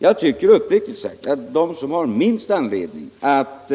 Jag tycker uppriktigt sagt att de som har minst anledning att